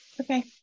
okay